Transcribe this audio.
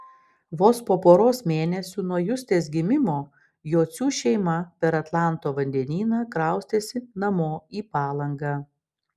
vos po poros mėnesių nuo justės gimimo jocių šeima per atlanto vandenyną kraustėsi namo į palangą